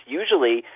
usually